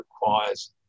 requires